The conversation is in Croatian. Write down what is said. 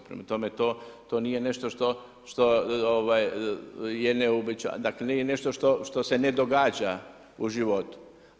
Prema tome to nije nešto što je neuobičajeno, dakle nije nešto što se ne događa u životu.